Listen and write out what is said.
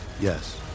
Yes